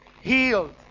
healed